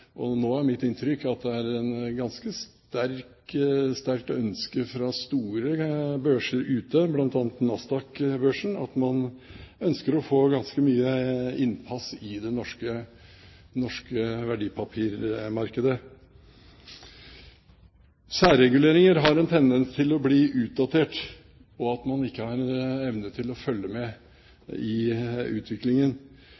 Nå er mitt inntrykk at det er et ganske sterkt ønske fra store børser ute, bl.a. Nasdaq-børsen, om å få ganske mye innpass i det norske verdipapirmarkedet. Særreguleringer har en tendens til å bli utdatert, slik at man ikke har evne til å følge